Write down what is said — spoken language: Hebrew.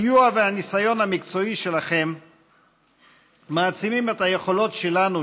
הסיוע והניסיון המקצועי שלכם מעצימים את היכולת שלנו,